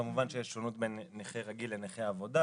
כמובן שיש שונות בין נכה רגיל לנכה עבודה,